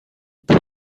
pour